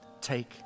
Take